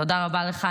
תודה רבה לך.